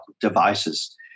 devices